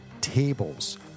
tables